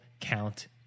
Count